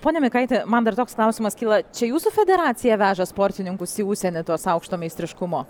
pone mikaiti man dar toks klausimas kyla čia jūsų federacija veža sportininkus į užsienį tuos aukšto meistriškumo